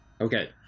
okay